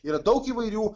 yra daug įvairių